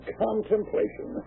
contemplation